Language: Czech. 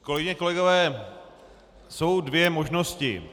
Kolegyně, kolegové, jsou dvě možnosti.